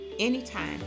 Anytime